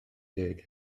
deg